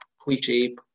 cliche